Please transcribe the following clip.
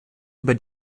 über